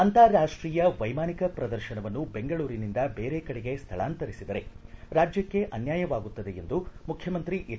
ಅಂತಾರಾಷ್ಟೀಯ ವೈಮಾನಿಕ ಶ್ರದರ್ಶನವನ್ನು ಬೆಂಗಳೂರಿನಿಂದ ಬೇರೆ ಕಡೆಗೆ ಸ್ಥಳಾಂತರಿಸಿದರೆ ರಾಜ್ಯಕ್ಕೆ ಅನ್ಯಾಯವಾಗುತ್ತದೆ ಎಂದು ಮುಖ್ಯಮಂತ್ರಿ ಹೆಚ್